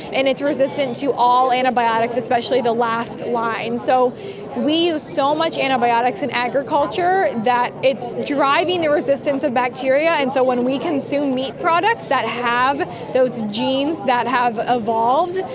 and it's resistant to all antibiotics, especially the last line. so we use so much antibiotics in agriculture that it's driving the resistance of bacteria. and so when we consume meat products that have those genes that have evolved,